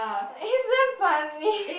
he's damn funny